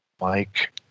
Mike